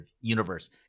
Universe